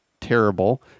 Terrible